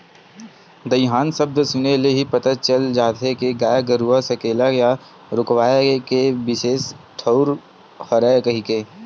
दईहान सब्द सुने ले ही पता चल जाथे के गाय गरूवा सकेला या रूकवाए के बिसेस ठउर हरय कहिके